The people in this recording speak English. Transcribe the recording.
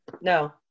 No